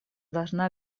должна